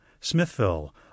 Smithville